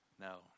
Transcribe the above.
No